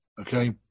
okay